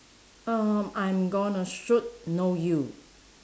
uh I'm gonna shoot no you